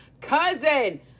Cousin